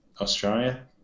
Australia